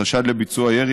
חשד לביצוע ירי,